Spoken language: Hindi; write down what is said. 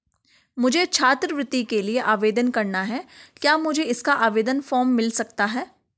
मुझे छात्रवृत्ति के लिए आवेदन करना है क्या मुझे इसका आवेदन फॉर्म मिल सकता है?